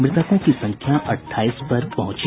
मृतकों की संख्या अट्ठाईस पर पहुंची